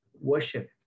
worship